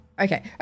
Okay